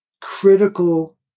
critical